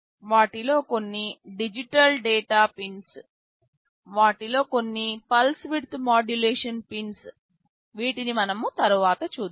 వాటిలో కొన్ని digital data pins వాటిలో కొన్ని పల్స్ విడ్త్ మాడ్యులేషన్ పిన్స్ వీటిని మనం తరువాత చూద్దాం